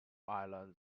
islands